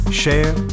share